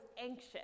anxious